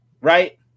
right